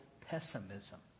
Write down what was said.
pessimism